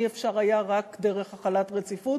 אי-אפשר היה רק דרך החלת רציפות.